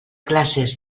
classes